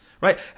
right